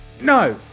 No